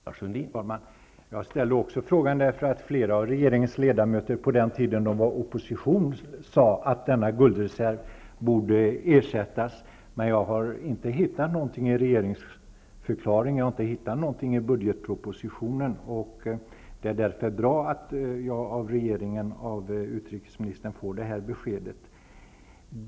Herr talman! En av anledningarna till att jag har ställt frågan är att flera av regeringens ledamöter på den tid då de var i opposition sade att denna guldreserv borde ersättas. Jag har emellertid inte hittat något om detta i vare sig regeringsförklaring eller budgetproposition, och det är därför bra att jag av regeringen via utrikesministern får det här beskedet.